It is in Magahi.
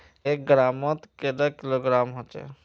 एक ग्राम मौत कैडा किलोग्राम होचे?